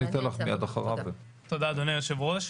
תודה אדוני היושב-ראש.